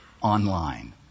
online